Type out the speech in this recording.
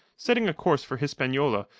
setting a course for hispaniola,